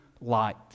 light